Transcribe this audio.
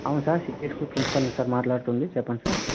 అవును sir citizen school principal నే sir మాట్లాడుతుంది చెప్పండి సార్